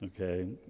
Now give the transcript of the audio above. okay